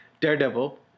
Daredevil